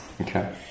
Okay